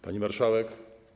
Pani Marszałek!